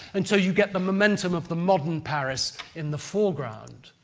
and so, you get the momentum of the modern paris in the foreground.